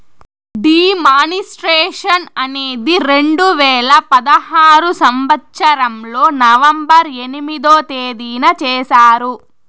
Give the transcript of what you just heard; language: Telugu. డీ మానిస్ట్రేషన్ అనేది రెండు వేల పదహారు సంవచ్చరంలో నవంబర్ ఎనిమిదో తేదీన చేశారు